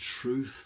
truth